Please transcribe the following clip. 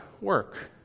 work